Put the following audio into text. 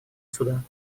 суда